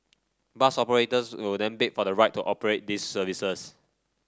bus operators will then bid for the right to operate these services